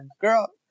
girl